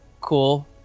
cool